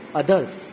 others